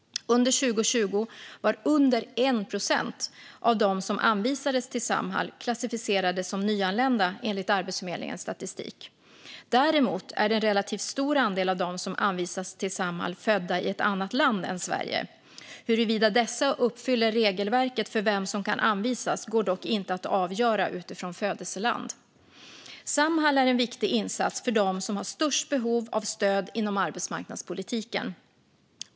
Under 2020 var under 1 procent av dem som anvisades till Samhall klassificerade som nyanlända enligt Arbetsförmedlingens statistik. Däremot är en relativt stor andel av dem som anvisas till Samhall födda i ett annat land än Sverige. Huruvida dessa uppfyller regelverket för vem som kan anvisas går dock inte att avgöra utifrån födelseland. Samhall är en viktig insats för dem som har störst behov av stöd inom arbetsmarknadspolitiken.